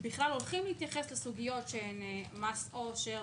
הולכים בכלל להתייחס לסוגיות כמו מס עושר,